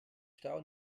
stau